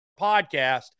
podcast